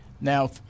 Now